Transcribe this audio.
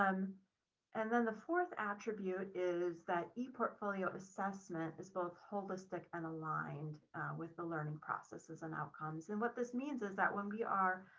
um and then the fourth attribute is that eportfolio assessment is both holistic and aligned with the learning processes and outcomes. and what this means is that when we are